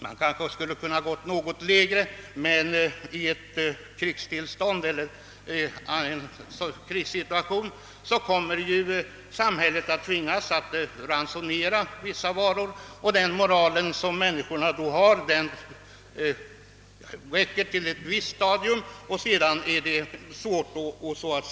Man kanske skulle ha kunnat gå något lägre, men i en krigssituation kommer samhället att tvingas att ransonera vissa varor; i en sådan situation räcker människornas moral bara till en viss gräns, och sedan förlorar man kontrollen.